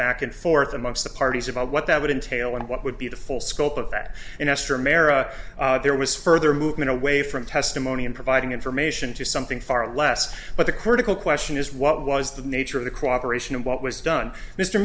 back and forth amongst the parties about what that would entail and what would be the full scope of that investor mera there was further movement away from testimony and providing information to something far less but the critical question is what was the nature of the cooperation and what was done mr